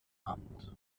amt